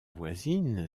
voisine